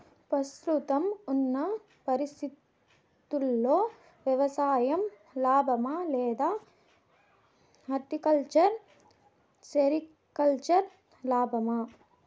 ప్రస్తుతం ఉన్న పరిస్థితుల్లో వ్యవసాయం లాభమా? లేదా హార్టికల్చర్, సెరికల్చర్ లాభమా?